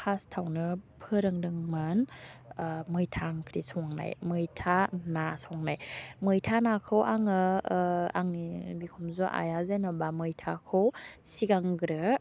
फास्टआवनो फोरोदोंमोन मैथां ओंख्रि संनाय मैथा ना संनाय मैथा नाखौ आङो आंनि बिखुनजो आइआ जेन'बा मैथाखौ सिगांग्रो